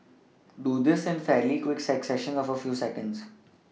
do this in fairly quick successions of a few seconds